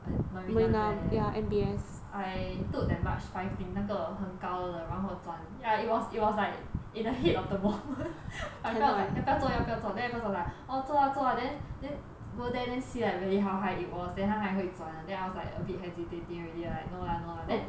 at marina there I took that march five thing 那个很高的然后转 ya it was it was like in a head of the I felt like 要不要坐要不要坐 then first I was like orh 坐 lah 坐 lah then then go there then see like how high it was then 它还会转的 then I was like a bit hesitated already right no lah no lah then